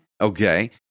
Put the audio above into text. okay